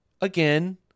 again